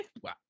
Wow